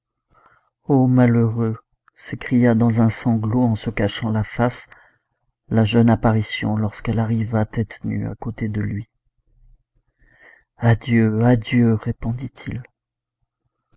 ô malheureux s'écria dans un sanglot et en se cachant la face la jeune apparition lorsqu'elle arriva tête nue à côté de lui adieu adieu répondit-il